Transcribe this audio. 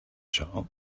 shop